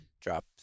drop